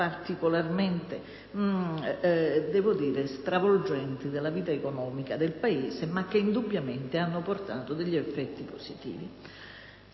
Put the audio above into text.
particolarmente stravolgenti della vita economica del Paese, ma che indubbiamente hanno portato degli effetti positivi.